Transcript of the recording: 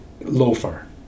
loafer